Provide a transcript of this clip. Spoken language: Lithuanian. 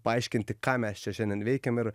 paaiškinti ką mes čia šiandien veikiam ir